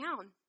down